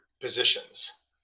positions